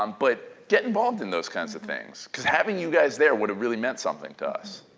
um but get involved in those kinds of things because having you guys there would have really meant something to us.